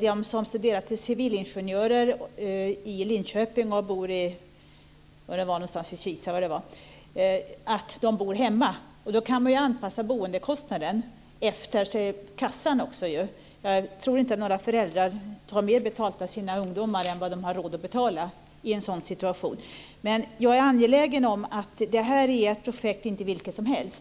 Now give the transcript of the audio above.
de som studerar till civilingenjörer i Linköping och lever i - var det nu var någonstans - de bor hemma. Då kan man också anpassa boendekostnaden efter kassan. Jag tror inte att några föräldrar tar mer betalt av sina ungdomar än de har råd att betala i en sådan situation. Jag är angelägen om att framhålla att det här inte är ett projekt vilket som helst.